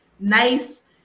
nice